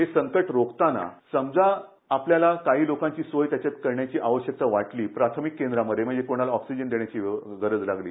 हे संकट रोखताना समजा आपल्याला काही लोकांची सोय करण्याची आवश्यकता वाटली प्राथमिक केंद्र मध्ये म्हणजे कोणाला ऑक्सिजन देण्याची गरज लागली